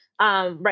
Right